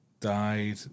died